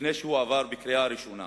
לפני שהוא עבר בקריאה הראשונה,